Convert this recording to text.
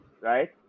right